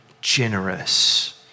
generous